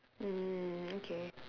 mm okay